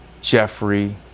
Jeffrey